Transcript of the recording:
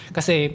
Kasi